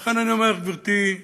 ולכן, אני אומר, גברתי,